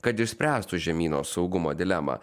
kad išspręstų žemyno saugumo dilemą